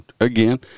again